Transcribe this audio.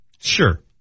sure